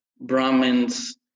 Brahmins